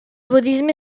budisme